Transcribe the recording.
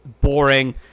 boring